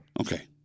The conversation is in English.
okay